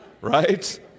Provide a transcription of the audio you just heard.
Right